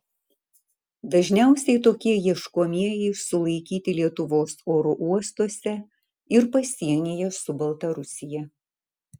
dažniausiai tokie ieškomieji sulaikyti lietuvos oro uostuose ir pasienyje su baltarusija